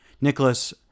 Nicholas